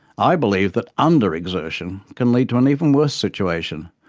i believe that under-exertion can lead to an even worse situation,